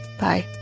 Bye